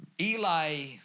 Eli